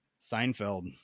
Seinfeld